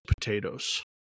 potatoes